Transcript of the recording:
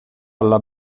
alla